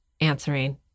answering